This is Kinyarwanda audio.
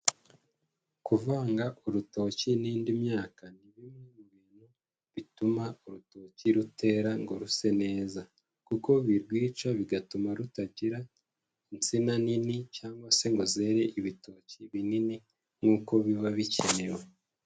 Kuvanga urutoki n'indi myaka ni bimwe mu bintu bituma urutoki rutera ngo ruse neza, kuko birwica bigatuma rutagira insina nini, cyangwa se ngo zere ibitoki binini nkuko biba bikenewe.